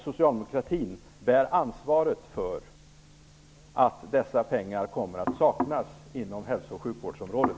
Socialdemokratin har ansvaret för att dessa pengar kommer att saknas inom hälso och sjukvårdsområdet.